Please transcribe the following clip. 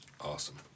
awesome